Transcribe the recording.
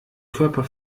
körper